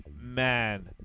man